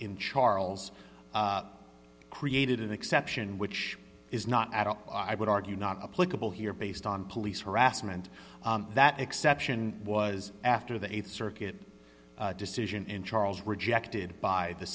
in charles created an exception which is not at all i would argue not a political here based on police harassment that exception was after the th circuit decision in charles rejected by the